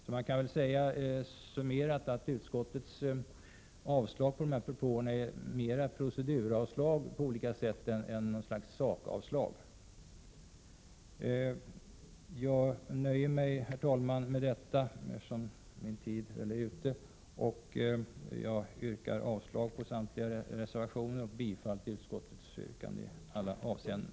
Sammanfattningsvis kan jag säga att utskottets avslag på dessa propåer om specialkurserna inom kost och konsumtion mera är olika proceduravslag än något slags sakavslag.